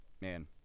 man